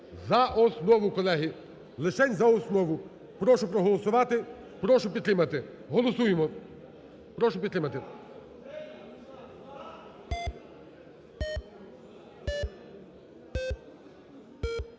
за основу, колеги, лишень за основу. Прошу проголосувати. Прошу підтримати. Голосуємо. Прошу підтримати.